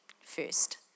first